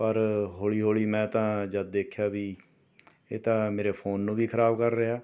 ਪਰ ਹੌਲੀ ਹੌਲੀ ਮੈਂ ਤਾਂ ਜਦ ਦੇਖਿਆ ਵੀ ਇਹ ਤਾਂ ਮੇਰੇ ਫੋਨ ਨੂੰ ਵੀ ਖਰਾਬ ਕਰ ਰਿਹਾ